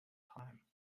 time